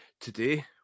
Today